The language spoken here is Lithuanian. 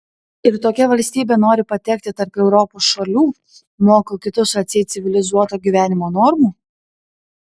ir tokia valstybė nori patekti tarp europos šalių moko kitus atseit civilizuoto gyvenimo normų